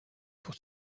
pour